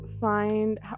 find